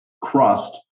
crust